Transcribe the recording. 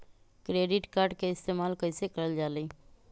Credit card के इस्तेमाल कईसे करल जा लई?